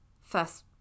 first